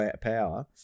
power